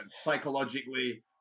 psychologically